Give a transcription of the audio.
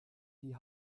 die